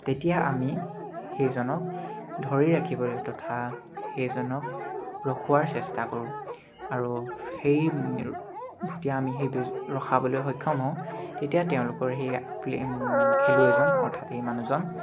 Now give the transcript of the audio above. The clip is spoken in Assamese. তেতিয়া আমি সেইজনক ধৰি ৰাখিবলৈ তথা সেইজনক ৰখোৱাৰ চেষ্টা কৰোঁ আৰু সেই যেতিয়া আমি সেই ৰখাবলৈ সক্ষম হওঁ তেতিয়া তেওঁলোকৰ সেই প্লে' খেলুৱৈজন অৰ্থাৎ সেই মানুহজন